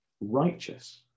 righteous